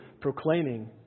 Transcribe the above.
proclaiming